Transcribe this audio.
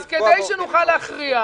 אז כדי שנוכל להכריע,